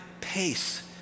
pace